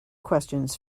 questions